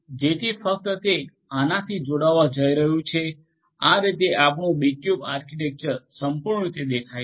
જેથી ફક્ત તે આનાથી જોડાવા જઈ રહ્યું છે આ રીતે આપણું બીક્યુબ આર્કિટેક્ચર સંપૂર્ણ રીતે દેખાય છે